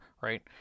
right